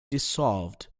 dissolved